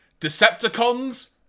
Decepticons